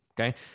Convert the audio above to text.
Okay